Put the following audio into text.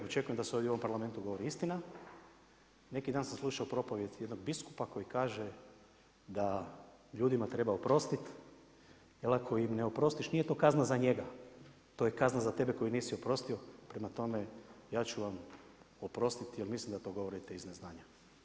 Očekujem da se ovdje u ovom Parlamentu govori istina, neki dan sam slušao propovijed jednog biskupa koji kaže da ljudima treba oprostit jer ako im ne oprostiš nije to kazna za njega, to je kazna za tebe koji nisi oprostio, prema tome ja ću vam oprostiti jer mislim da to govorite iz neznanja.